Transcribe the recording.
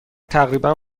تقریبا